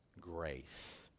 grace